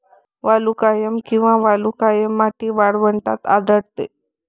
वालुकामय किंवा वालुकामय माती वाळवंटात आढळते